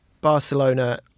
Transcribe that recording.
Barcelona